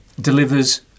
delivers